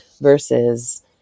versus